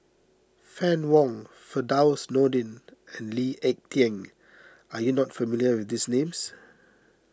Fann Wong Firdaus Nordin and Lee Ek Tieng are you not familiar with these names